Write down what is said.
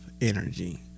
energy